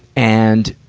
and,